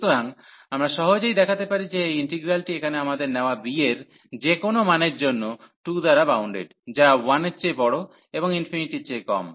সুতরাং আমরা সহজেই দেখাতে পারি যে এই ইন্টিগ্রালটি এখানে আমাদের নেওয়া b এর যে কোনও মানের জন্য 2 দ্বারা বাউন্ডেড যা 1 এর চেয়ে বড় এবং ∞ এর চেয়ে কম